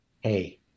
hey